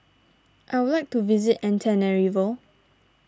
I would like to visit Antananarivo